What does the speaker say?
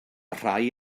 rhai